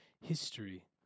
history